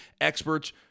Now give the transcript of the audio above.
experts